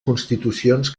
constitucions